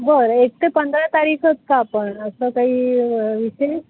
बरं एक ते पंधरा तारीखच का पण असं काई विषयी